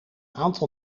aantal